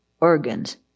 organs